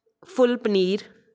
ਫੁੱਲ paneer